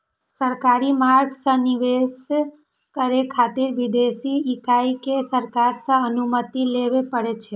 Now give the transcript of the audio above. सरकारी मार्ग सं निवेश करै खातिर विदेशी इकाई कें सरकार सं अनुमति लेबय पड़ै छै